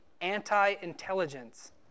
anti-intelligence